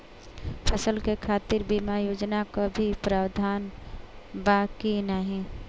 फसल के खातीर बिमा योजना क भी प्रवाधान बा की नाही?